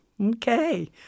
Okay